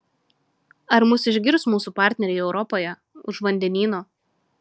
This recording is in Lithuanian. ar mus išgirs mūsų partneriai europoje už vandenyno